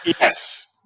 Yes